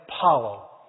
Apollo